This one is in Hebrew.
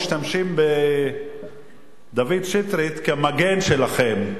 משתמשים בדוד שטרית כמגן שלכם,